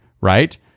right